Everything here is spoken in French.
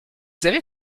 savez